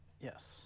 Yes